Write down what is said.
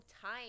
time